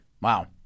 Wow